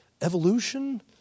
evolution